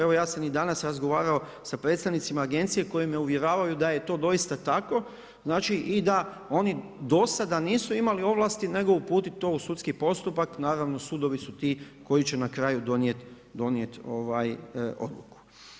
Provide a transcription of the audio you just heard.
Evo ja sam i danas razgovarao sa predstavnicima agencije koji me uvjeravaju da je to doista tako i da oni do sada nisu imali ovlasti nego uputit to u sudski postupak, naravno sudovi su ti koji će na kraju donijeti odluku.